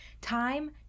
Time